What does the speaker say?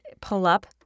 pull-up